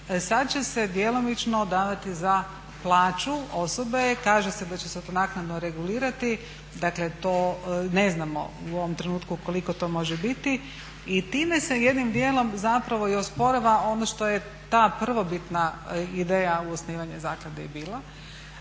sada će se djelomično davati za plaću osobe, kaže se da će se to naknadno regulirati, dakle to ne znamo u ovom trenutku koliko to može biti. Time se jednim dijelom osporava ono što je ta prvobitna ideja u osnivanju zaklade i bila.